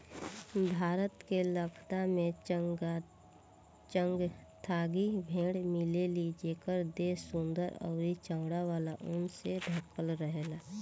भारत के लद्दाख में चांगथांगी भेड़ मिलेली जेकर देह सुंदर अउरी चौड़ा वाला ऊन से ढकल रहेला